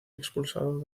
expulsado